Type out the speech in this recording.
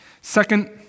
Second